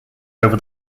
over